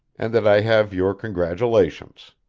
and that i have your congratulations.